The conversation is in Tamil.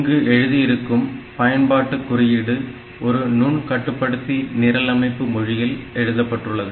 இங்கு எழுதியிருக்கும் பயன்பாட்டு குறியீடு ஒரு நுண் கட்டுப்படுத்தி நிரலமைப்பு மொழியில் எழுதப்பட்டுள்ளது